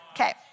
Okay